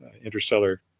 interstellar